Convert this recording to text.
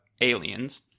aliens